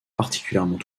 particulièrement